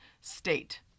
State